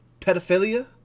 pedophilia